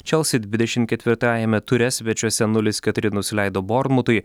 čelsi dvidešimt ketvirtajame ture svečiuose nulis keturi nusileido bormutui